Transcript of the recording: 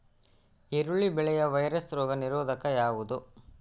ಈರುಳ್ಳಿ ಬೆಳೆಯ ವೈರಸ್ ರೋಗ ನಿರೋಧಕ ಯಾವುದು?